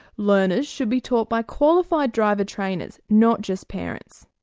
learners should be taught by qualified driver trainers, not just parents.